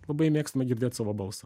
labai mėgstame girdėt savo balsą